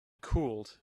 cooled